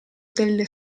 delle